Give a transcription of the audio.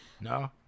no